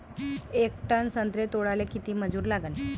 येक टन संत्रे तोडाले किती मजूर लागन?